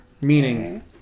meaning